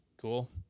cool